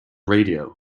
radio